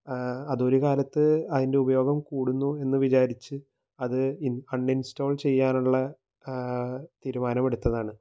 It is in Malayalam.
അതൊരു കാലത്ത് അതിൻ്റെ ഉപയോഗം കൂടുന്നൂ എന്ന് വിചാരിച്ച് അത് അൺ അണ്ണിൻസ്റ്റോൾ ചെയ്യാനുള്ള തീരുമാനമെടുത്തതാണ്